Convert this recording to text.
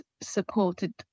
supported